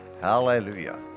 Hallelujah